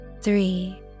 Three